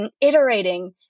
iterating